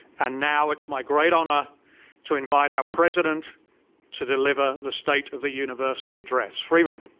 and now it's my great honor to invite our president to deliver the state of the university address, freeman.